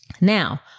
Now